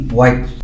white